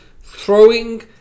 throwing